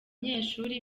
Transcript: banyeshuri